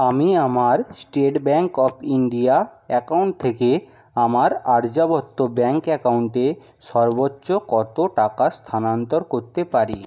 আমি আমার State Bank of India account থেকে আমার আর্যাবর্ত ব্যাঙ্ক অ্যাকাউন্টে সর্বোচ্চ কত টাকা স্থানান্তর করতে পারি